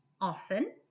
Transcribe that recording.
often